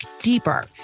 deeper